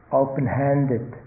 open-handed